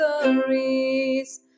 stories